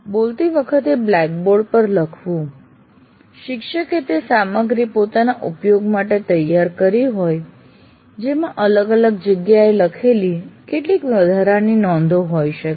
બોલતી વખતે બ્લેકબોર્ડ પર લખવું શિક્ષકે તે સામગ્રી પોતાના ઉપયોગ માટે તૈયાર કરી હોય જેમાં અલગ અલગ જગ્યાએ લખેલી કેટલીક વધારાની નોંધો હોઇ શકે